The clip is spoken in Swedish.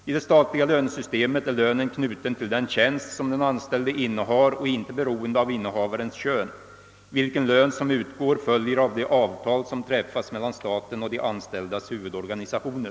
I det statliga lönesystemet är lönen knuten till den tjänst som den anställde innehar och inte beroende av innehavararens kön. Vilken lön som utgår följer av de avtal som träffas mellan staten och de anställdas huvudorganisationer.